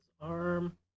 arm